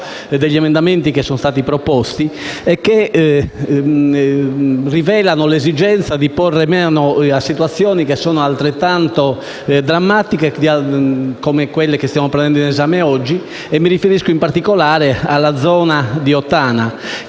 gli emendamenti che sono stati presentati, che rivelano l'esigenza di porre mano a situazioni altrettanto drammatiche rispetto a quelle che stiamo prendendo in esame oggi. Mi riferisco, in particolare, alla zona di Ottana.